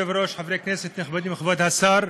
כבוד היושב-ראש, חברי כנסת נכבדים, כבוד השר,